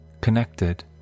connected